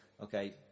okay